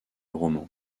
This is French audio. roman